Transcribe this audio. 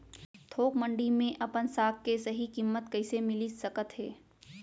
थोक मंडी में अपन साग के सही किम्मत कइसे मिलिस सकत हे?